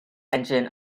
engine